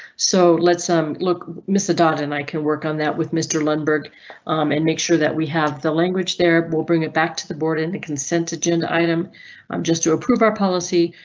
so let's um look mr. dodd and i can work on that with mr. lundberg um and make sure that we have the language there will bring it back to the board and consent agenda item um just to approve our policy.